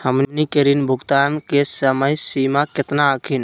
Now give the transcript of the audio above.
हमनी के ऋण भुगतान के समय सीमा केतना हखिन?